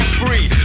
free